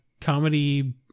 comedy